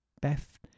beth